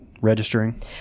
Registering